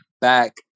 back